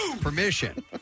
permission